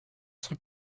cent